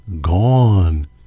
Gone